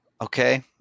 Okay